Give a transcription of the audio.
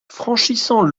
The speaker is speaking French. franchissant